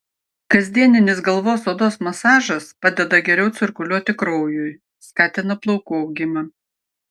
kasdieninis galvos odos masažas padeda geriau cirkuliuoti kraujui skatina plaukų augimą